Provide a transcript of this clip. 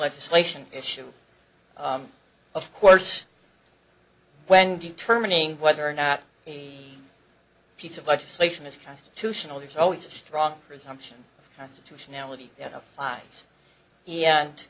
legislation issue of course when determining whether or not a piece of legislation is constitutional there's always a strong presumption constitutionality lives yeah and